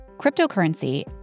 cryptocurrency